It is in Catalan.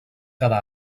cada